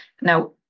Now